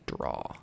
draw